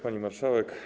Pani Marszałek!